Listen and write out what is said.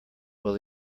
will